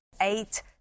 Eight